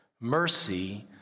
mercy